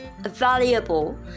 valuable